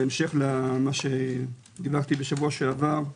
בהמשך למה שדיווחתי בשבוע שעבר,